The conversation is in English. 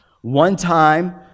one-time